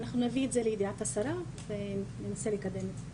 אנחנו נביא את זה לידיעת השרה וננסה לקדם את זה.